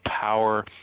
power